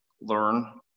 learn